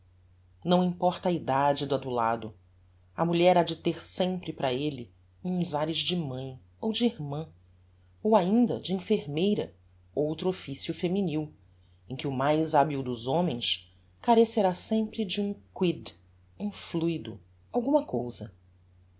não importa a edade do adulado a mulher ha de ter sempre para elle uns ares de mãe ou de irmã ou ainda de enfermeira outro officio feminil em que o mais habil dos homens carecerá sempre de um quid um fluido alguma cousa